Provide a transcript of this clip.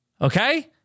Okay